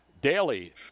daily